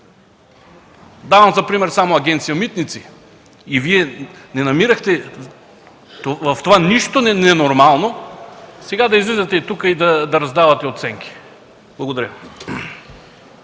(давам за пример само Агенция „Митници”), Вие не намирахте в това нищо ненормално, та сега да излизате тук и да раздавате оценки! Благодаря.